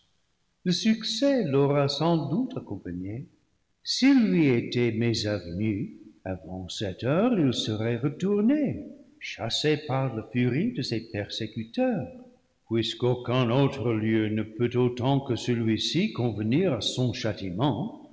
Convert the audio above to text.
le suc ces l'aura sans doute accompagné s'il lui était mésavenu avant cette heure il serait retourné chassé par la furie de ses persécuteurs puisque aucun autre lieu ne peut autant que celui-ci convenir à son châtiment